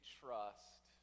trust